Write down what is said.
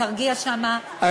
תרגיע שם,